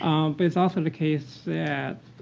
um but it's also the case that